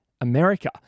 America